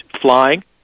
flying